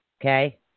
Okay